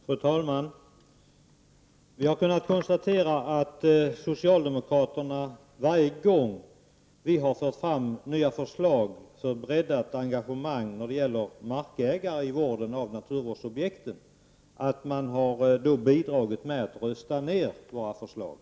Fru talman! Det kan konstateras att socialdemokraterna varje gång vi har fört fram nya förslag om ett breddat engagemang för markägare i vården av naturvårdsobjekten har bidragit med att rösta ned våra förslag.